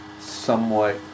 somewhat